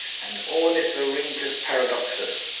and ornithorhynchus paradoxus.